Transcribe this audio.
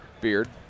Beard